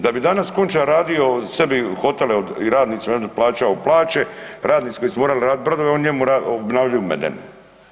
Da bi danas Končar radio sebi hotele od i radnicima …/nerazumljivo/… plaćao plaće, radnici koji su morali raditi brodove oni njemu obnavljaju Medenu.